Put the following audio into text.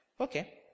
Okay